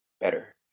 better